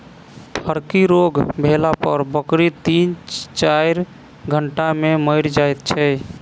फड़की रोग भेला पर बकरी तीन चाइर घंटा मे मरि जाइत छै